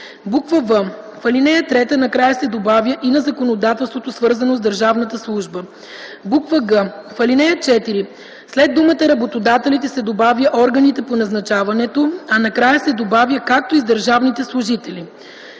в) в ал. 3 накрая се добавя „и на законодателството, свързано с държавната служба”; г) в ал. 4 след думата „работодателите” се добавя „органите по назначаването”, а накрая се добавя „както и с държавните служители”;